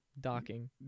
Docking